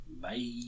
Bye